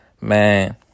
Man